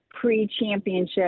pre-championship